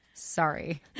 Sorry